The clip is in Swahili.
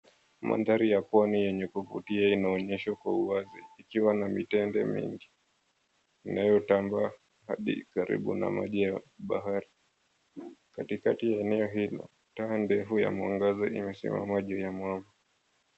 Mandhari ya pwani yenye kuvutia inaonyeshwa kwa uwazi, ikiwa na mitende mengi inayotambaa hadi karibu na maji ya bahari. Katikati ya eneo hilo, taa ndefu ya mwangaza imesema juu ya mwamba.